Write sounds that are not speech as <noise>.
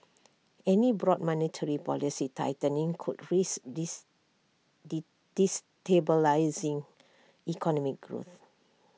any broad monetary policy tightening could risk <unintelligible> destabilising economic growth